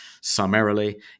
summarily